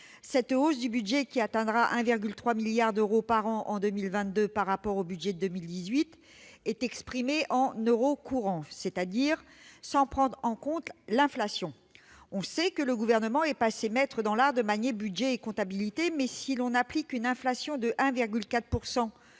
cette hausse du budget, qui atteindra 1,3 milliard d'euros par an en 2022 par rapport au budget de 2018, est exprimée en euros courants, c'est-à-dire sans prendre en compte l'inflation. On sait que le Gouvernement est passé maître dans l'art de manier budget et comptabilité, mais, si l'on retient un taux d'inflation de 1,4